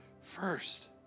first